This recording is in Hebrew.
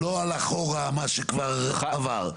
לא על אחורה מה שכבר עבר.